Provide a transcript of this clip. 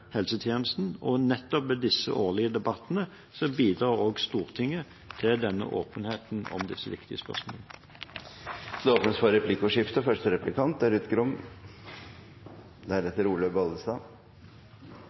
helsetjenesten, og nettopp med disse årlige debattene bidrar også Stortinget til åpenhet om disse viktige spørsmålene. Det blir replikkordskifte. Jeg vil gjenta det som jeg egentlig snakket om i hovedinnlegget mitt, og det er